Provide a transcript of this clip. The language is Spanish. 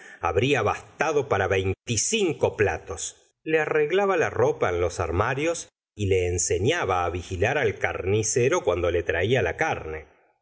habría bastado para veinticinco platos le arreglaba la ropa en los armarios y le ensefiaba vigilar al carnicero cuando le traía la carne